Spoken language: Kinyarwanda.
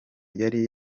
yari